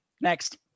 next